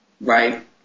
right